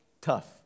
tough